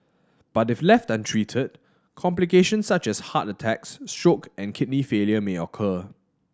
but if left untreated complications such as heart attacks stroke and kidney failure may occur